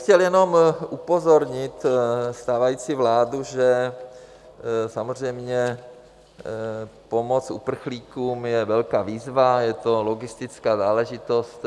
Chtěl bych jenom upozornit stávající vládu, že samozřejmě pomoc uprchlíkům je velká výzva, je to logistická záležitost.